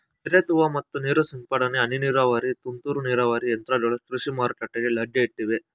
ನೀರೆತ್ತುವ ಮತ್ತು ನೀರು ಸಿಂಪಡನೆ, ಹನಿ ನೀರಾವರಿ, ತುಂತುರು ನೀರಾವರಿ ಯಂತ್ರಗಳು ಕೃಷಿ ಮಾರುಕಟ್ಟೆಗೆ ಲಗ್ಗೆ ಇಟ್ಟಿವೆ